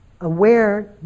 aware